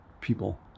people